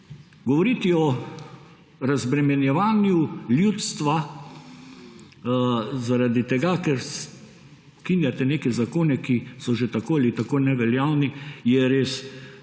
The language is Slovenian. govoriti o razbremenjevanju ljudstva zaradi tega, ker ukinjate neke zakone, ki so že tako ali tako neveljavni je res